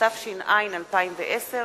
התש"ע 2010,